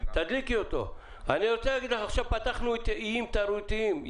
עכשיו פתחנו איים תיירותיים,